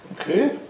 okay